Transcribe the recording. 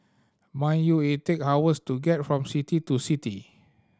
mind you it take hours to get from city to city